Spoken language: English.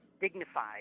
dignified